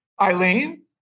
Eileen